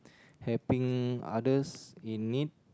helping others in need